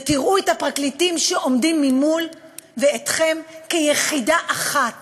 ותראו את הפרקליטים שעומדים ממול ואתכם כיחידה אחת